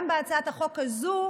גם בהצעת החוק הזאת